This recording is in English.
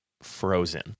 frozen